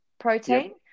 protein